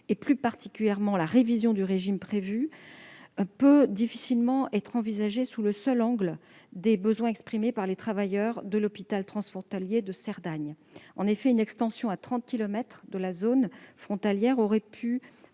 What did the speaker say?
et plus particulièrement la révision du régime prévu, peut difficilement être envisagée sous le seul angle des besoins exprimés par les travailleurs de l'hôpital transfrontalier de Cerdagne. En effet, une extension à 30 kilomètres de la zone frontalière aurait,